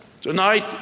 tonight